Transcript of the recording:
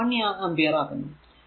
ഞാൻ ഇത് 1 ആമ്പിയർ ആക്കുന്നു